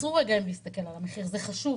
עצרו רגע מלהסתכל על המחיר, שהוא חשוב,